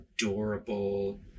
adorable